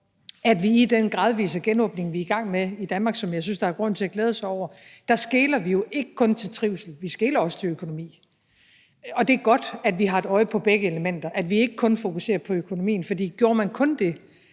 at vi i den gradvise genåbning, vi er i gang med i Danmark, og som jeg synes der er grund til at glæde sig over, ikke kun skeler til trivsel. Vi skeler også til økonomi. Og det er godt, at vi har et øje på begge elementer, at vi ikke kun fokuserer på økonomien. For gjorde man kun det,